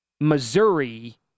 Missouri